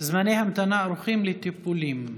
זמני המתנה ארוכים לטיפולים.